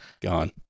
gone